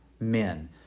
men